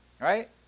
Right